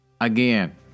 Again